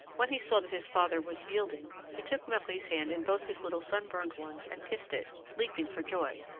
when he saw that his father was yielding, he took marie's hand in both his little sunburned ones and kissed it, leaping for joy,